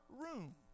room